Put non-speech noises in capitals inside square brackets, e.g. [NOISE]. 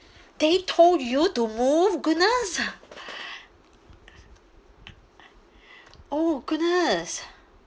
they told you to move goodness [BREATH] oh goodness